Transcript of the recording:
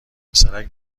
پسرک